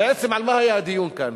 בעצם על מה היה הדיון כאן?